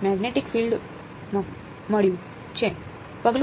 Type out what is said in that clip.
magnetic field મળ્યું છે પગલું 1 પર